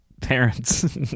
Parents